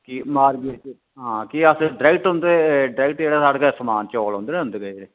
market च कि अस डरैक्ट उन्दे डरैक्ट जेह्ड़ा स्हाड़े कश समान चौल औंदे ना उन्दे